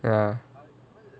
ya